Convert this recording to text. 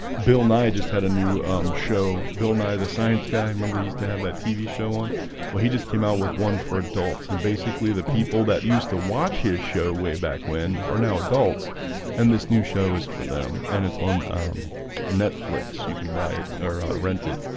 bill nye just had a new show bill nye the science guy memories to have that tv show on well he just came out with one for adults and basically the people that used to watch his show way back when are now adults and this new show is for them and it's on netflix you can buy it or rent it